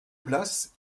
places